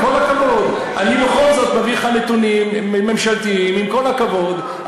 אני התייחסתי אליך בכבוד,